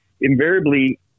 invariably